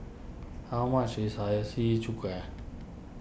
how much is Hiyashi Chuka